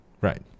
right